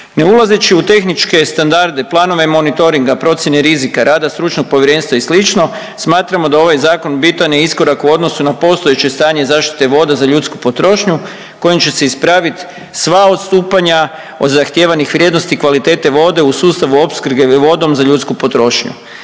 Ne ulazeći u tehničke standarde i planove monitoringa, procijene rizika, rada stručnog povjerenstva i slično smatramo da ovaj zakon bitan je iskorak u odnosu na postojeće stanje zaštite voda za ljudsku potrošnju kojim će se ispravit sva odstupanja od zahtijevanih vrijednosti i kvalitete vode u sustavu opskrbe vodom za ljudsku potrošnju.